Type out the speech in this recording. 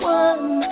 one